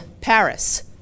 Paris